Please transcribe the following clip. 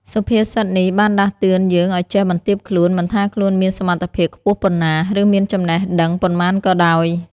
សុភាសិតនេះបានដាស់តឿនយើងឱ្យចេះ បន្ទាបខ្លួន មិនថាខ្លួនមានសមត្ថភាពខ្ពស់ប៉ុណ្ណា ឬមានចំណេះដឹងប៉ុន្មានក៏ដោយ។